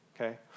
okay